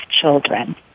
children